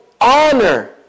honor